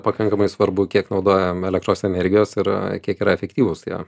pakankamai svarbu kiek naudojam elektros energijos ir kiek yra efektyvūs tie